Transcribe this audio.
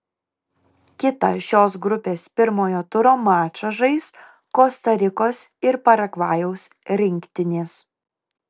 kitą šios grupės pirmojo turo mačą žais kosta rikos ir paragvajaus rinktinės